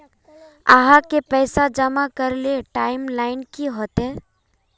आहाँ के पैसा जमा करे ले टाइम लाइन की होते?